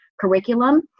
curriculum